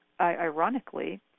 ironically